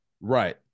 Right